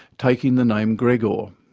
taking the name gregor.